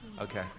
Okay